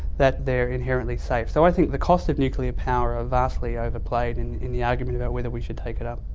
that they're inherently safe. so i think the costs of nuclear power are vastly overplayed in in the argument about whether we should take it up.